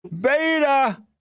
Beta